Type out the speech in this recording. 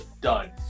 done